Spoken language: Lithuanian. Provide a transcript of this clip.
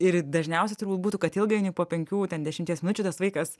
ir dažniausiai turbūt būtų kad ilgainiui po penkių ten dešimties minučių tas vaikas